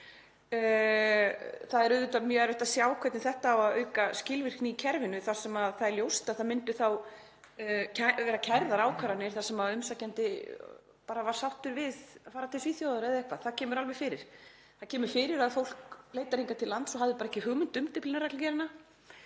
Það er auðvitað mjög erfitt að sjá hvernig þetta á að auka skilvirkni í kerfinu þar sem það er ljóst að það yrðu þá kærðar ákvarðanir þar sem umsækjandi var sáttur við að fara til Svíþjóðar eða eitthvað, það kemur alveg fyrir. Það kemur fyrir að fólk leitar hingað til lands og hafði ekki hugmynd um Dyflinnarreglugerðina